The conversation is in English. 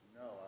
no